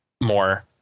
more